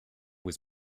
was